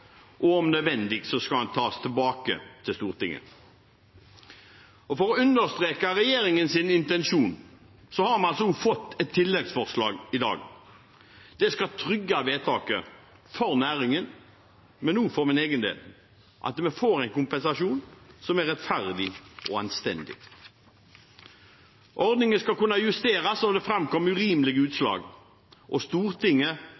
og om nødvendig skal den tas tilbake til Stortinget. For å understreke regjeringens intensjon har vi altså fått et tilleggsforslag i dag. Det skal trygge vedtaket for næringen, og også for min egen del, slik at det blir en kompensasjon som er rettferdig og anstendig. Ordningen skal kunne justeres om det framkommer urimelige utslag, og Stortinget